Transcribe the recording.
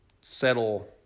settle